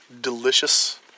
delicious